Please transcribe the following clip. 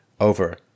over